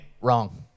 Wrong